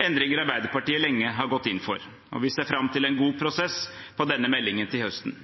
endringer Arbeiderpartiet lenge har gått inn for. Vi ser fram til en god prosess om denne meldingen til høsten.